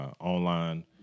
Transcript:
online